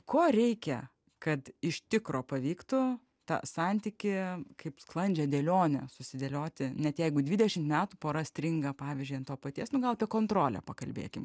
ko reikia kad iš tikro pavyktų tą santykį kaip sklandžią dėlionę susidėlioti net jeigu dvidešimt metų pora stringa pavyzdžiui ant to paties nu gal apie kontrolę pakalbėkim